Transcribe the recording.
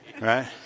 Right